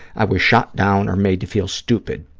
i was shot down or made to feel stupid.